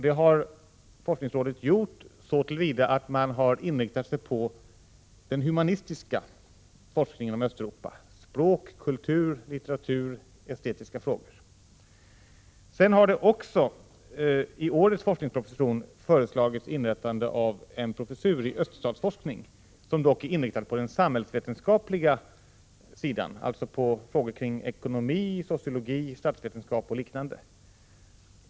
Det har forskningsrådet gjort, så till vida att man har inriktat sig på den humanistiska forskningen om Östeuropa, dvs. språk, kultur, litteratur och estetiska frågor. Det har också i årets forskningsproposition föreslagits inrättande av en professur i öststatsforskning, som dock är inriktad på den samhällsvetenskapliga sidan, dvs. på frågor om ekonomi, sociologi, statsvetenskap och liknande.